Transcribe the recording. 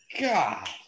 God